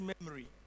memory